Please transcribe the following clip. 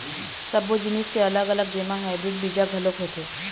सब्बो जिनिस के अलग अलग जेमा हाइब्रिड बीजा घलोक होथे